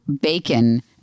bacon